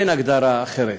אין הגדרה אחרת.